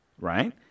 Right